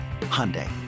Hyundai